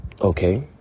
Okay